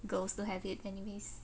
girls to have it anyways